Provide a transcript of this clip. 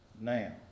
now